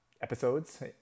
episodes